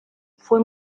fue